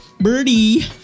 birdie